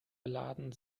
beladen